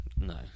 no